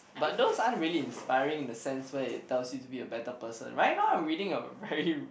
but those aren't really inspiring in the sense where it tells you to be a better person right now I'm reading a very